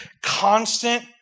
constant